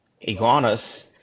iguanas